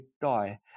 die